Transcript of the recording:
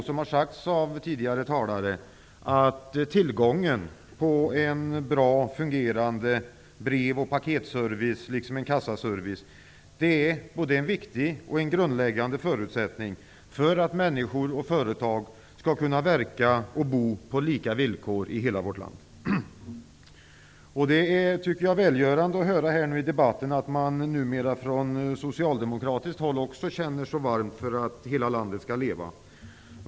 Som har sagts av tidigare talare är tillgången till en väl fungerande brev och paketservice och en kassaservice en viktig och grundläggande förutsättning för att människor och företag skall kunna verka och bo på lika villkor i hela vårt land. Det är välgörande att nu i debatten höra att man från socialdemokratiskt håll också känner så varmt för att hela landet skall leva.